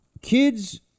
kids